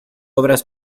obras